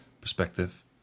perspective